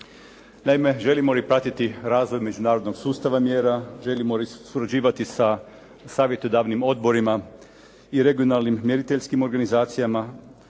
Naime, želimo li pratiti međunarodnog sustava mjera, želimo li surađivati sa savjetodavnim odborima i regionalnim mjeriteljskim organizacijama,